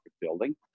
building